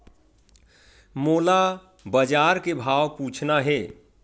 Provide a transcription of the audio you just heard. मोला बजार के भाव पूछना हे?